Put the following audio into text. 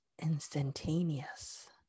instantaneous